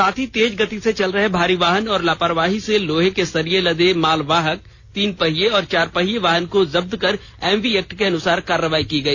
साथ ही तेज गति से चल रहे भारी वाहन और लापरवाही से लोहे के सरिये लदे मालवाहक तीन पहिये और चार पहिये वाहन को जब्त कर एमवी एक्ट के अनुसार कार्रवाई की गई